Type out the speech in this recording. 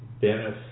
benefit